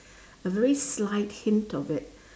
a very slight hint of it